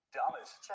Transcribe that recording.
dumbest